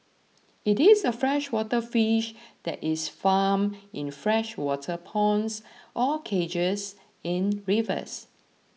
it is a freshwater fish that is farmed in freshwater ponds or cages in rivers